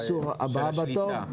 של איסור שיט הבאה בתור?